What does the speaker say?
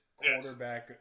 quarterback